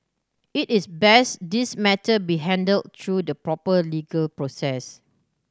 it is best this matter be handle through the proper legal process